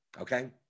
Okay